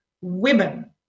women